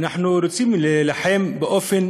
אנחנו רוצים להילחם באופן